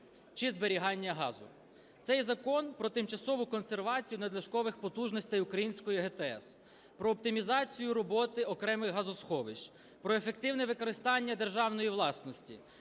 чи зберігання газу. Цей закон про тимчасову консервацію надлишкових потужностей української ГТС, про оптимізацію роботи окремих газосховищ, про ефективне використання державної власності,